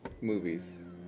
movies